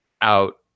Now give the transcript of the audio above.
out